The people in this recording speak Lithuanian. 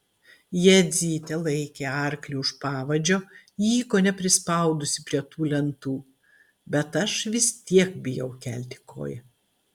jadzytė laikė arklį už pavadžio jį kone prispaudusi prie tų lentų bet aš vis tiek bijau kelti koją